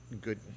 good